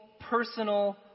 personal